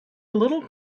little